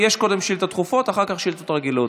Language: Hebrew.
קודם שאילתות דחופות, אחר כך שאילתות רגילות.